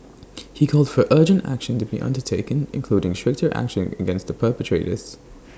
he called for urgent action to be undertaken including stricter action against the perpetrators